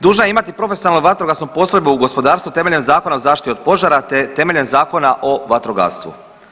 Dužna je imati profesionalnu vatrogasnu postrojbu u gospodarstvu temeljem Zakona o zaštiti od požara te temeljem Zakona o vatrogastvu.